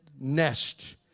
nest